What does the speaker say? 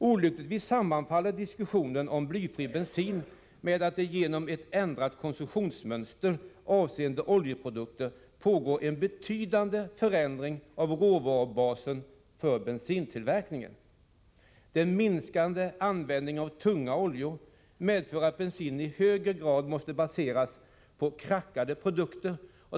Olyckligtvis sammanfaller diskussionen om blyfri bensin med att det genom ett ändrat konsumtionsmönster avseende oljeprodukter pågår en betydande förändring av råvarubasen för bensintillverkningen. Den minskade användningen av tunga oljor medför att bensinen i högre grad måste baseras på krackade produkter.